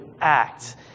act